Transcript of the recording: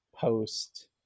post